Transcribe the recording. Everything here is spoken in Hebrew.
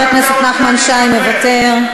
מוותר,